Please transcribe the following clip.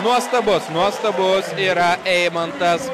nuostabus nuostabus yra eimantas